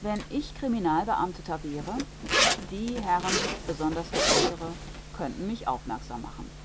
wenn ich criminalbeamteter wäre die herren besonders der aeltere könnten mich aufmerksam machen